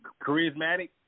charismatic